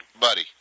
buddy